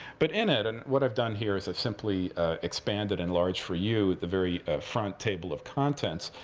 but in it and what i've done here is i've simply expanded in large for you the very front table of contents.